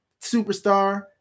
superstar